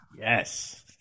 Yes